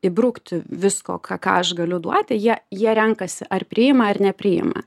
įbrukti visko ką ką aš galiu duoti jie jie renkasi ar priima ar nepriima